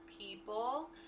people